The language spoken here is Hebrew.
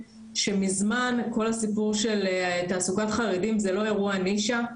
שמזמן כל הסיפור של תעסוקת חרדים זה לא אירוע נישה,